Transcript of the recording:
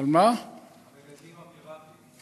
המגדלים הפיראטיים.